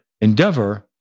endeavor